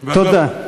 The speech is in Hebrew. תודה.